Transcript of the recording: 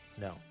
No